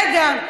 רגע.